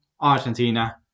Argentina